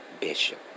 Bishop